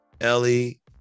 Ellie